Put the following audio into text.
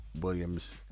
Williams